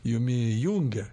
jumyje jungia